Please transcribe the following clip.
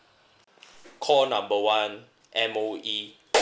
call number one M_O_E